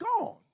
gone